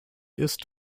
ist